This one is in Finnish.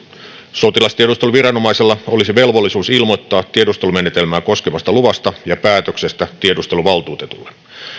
sotilastiedusteluviranomaisella olisi velvollisuus ilmoittaa tiedustelumenetelmää koskevasta luvasta ja päätöksestä tiedusteluvaltuutetulle